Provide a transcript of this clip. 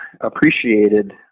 appreciated